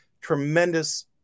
tremendous